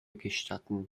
gestatten